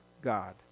God